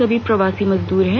सभी प्रवासी मजदूर हैं